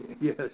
Yes